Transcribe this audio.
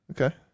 Okay